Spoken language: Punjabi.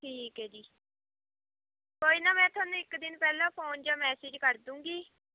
ਠੀਕ ਹੈ ਜੀ ਕੋਈ ਨਾ ਮੈਂ ਤੁਹਾਨੂੰ ਇੱਕ ਦਿਨ ਪਹਿਲਾਂ ਫੋਨ ਜਾਂ ਮੈਸੇਜ ਕਰ ਦਉਂਗੀ